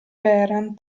vehrehan